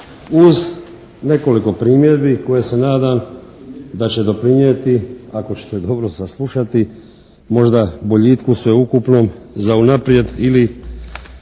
uz nekoliko primjedbi koje se nadam da će doprinijeti ako ćete dobro saslušati možda boljitku sveukupnom za unaprijed ili